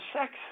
sex